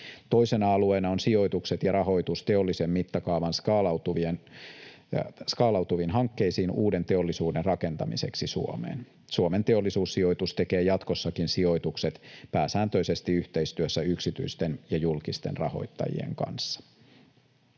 Toisena alueena on sijoitukset ja rahoitus teollisen mittakaavan skaalautuviin hankkeisiin uuden teollisuuden rakentamiseksi Suomeen. Suomen Teollisuussijoitus tekee jatkossakin sijoitukset pääsääntöisesti yhteistyössä yksityisten ja julkisten rahoittajien kanssa.